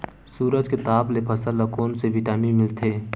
सूरज के ताप ले फसल ल कोन ले विटामिन मिल थे?